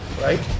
right